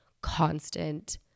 constant